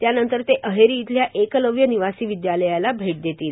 त्यानंतर ते अहेरी इथल्या एकलव्य निवासी विदयालयाला भेट देतील